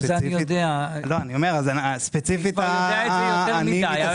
נו, זה אני יודע את זה יותר מדי.